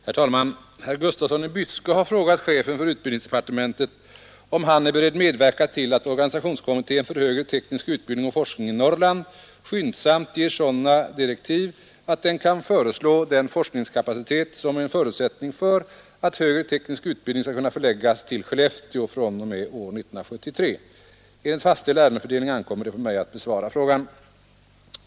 Herr talman! Herr Gustafsson i Byske har frågat chefen för utbildningsdepartementet om han är beredd medverka till att organisationskommittén för högre teknisk utbildning och forskning i Norrland skyndsamt ges sådana direktiv, att den kan föreslå den forskningskapacitet som är en förutsättning för att högre teknisk utbildning skall kunna förläggas till Skellefteå fr.o.m. år 1973. Enligt fastställd ärendefördelning ankommer det på mig att besvara frågan.